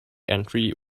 entry